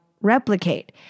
replicate